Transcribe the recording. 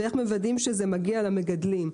ואיך מוודאים שזה מגיע למגדלים.